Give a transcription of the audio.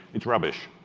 it's rubbish.